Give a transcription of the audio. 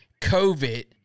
COVID